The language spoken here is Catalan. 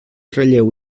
ratlleu